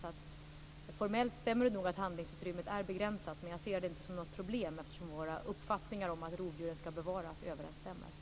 Så formellt stämmer det nog att utrymmet är begränsat. Men jag ser det inte som något problem eftersom våra uppfattningar om att rovdjuren skall bevaras överensstämmer.